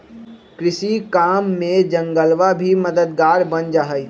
कृषि काम में जंगलवा भी मददगार बन जाहई